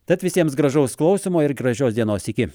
tad visiems gražaus klausymo ir gražios dienos iki